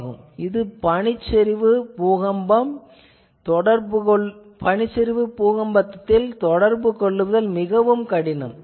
மேலும் பனிச்சரிவு பூகம்பம் இங்கு தொடர்பு கொள்ளுதல் மிகக் கடினம்